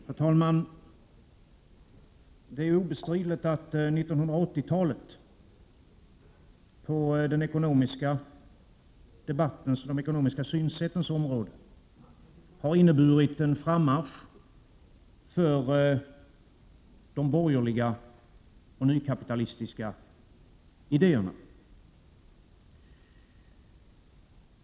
Herr talman! Det är obestridligt att 1980-talet på de ekonomiska synsättens område har inneburit en frammarsch för de borgerliga och nykapitalistiska idéerna.